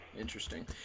Interesting